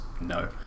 no